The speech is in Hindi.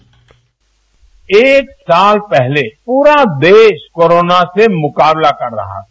बाइट एक साल पहले पूरा देश कोरोना से मुकाबला कर रहा था